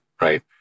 right